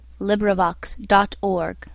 LibriVox.org